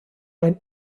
when